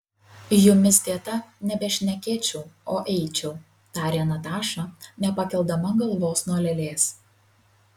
jumis dėta nebešnekėčiau o eičiau tarė nataša nepakeldama galvos nuo lėlės